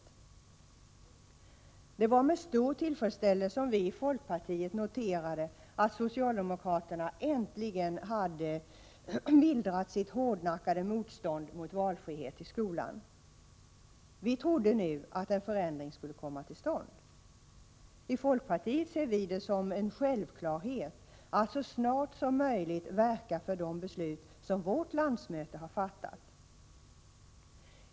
Det var med stor tillfredsställelse som vi i folkpartiet noterade att socialdemokraterna äntligen hade mildrat sitt hårdnackade motstånd mot valfrihet i skolan. Vi trodde att en förändring nu skulle komma till stånd. I folkpartiet ser vi det som en självklarhet att så snart som möjligt verka för de beslut som vårt landsmöte har fattat.